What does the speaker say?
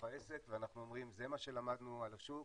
העסק ואנחנו אומרים שזה מה שלמדנו על השוק,